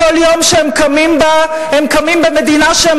כל יום שהם קמים בה הם קמים במדינה שהם